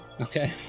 Okay